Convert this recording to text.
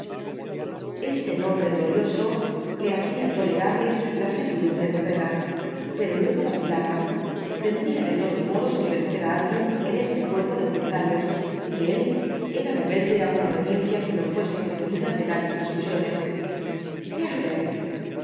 este nombre glorioso le hacía tolerable la servidumbre guerrera pero luego vacilaba tendría de todos modos que obedecer á alguien en este cuerpo de voluntarios y él era rebelde á una obediencia que no fuese precedida de largas discusiones qué hacer